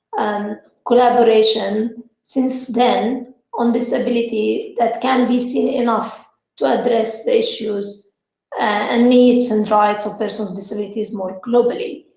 um collaboration since then on disabilities that can be seen enough to address the issues and needs and rights of persons with disabilities more globally?